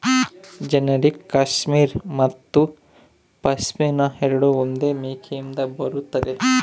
generic cashmere ಮತ್ತು ಪಶ್ಮಿನಾ ಎರಡೂ ಒಂದೇ ಮೇಕೆಯಿಂದ ಬರುತ್ತದೆ